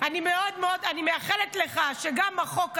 אני מאחלת לך שגם החוק הזה,